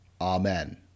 Amen